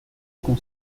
com